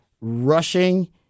rushing